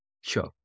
Sure